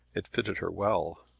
it fitted her well.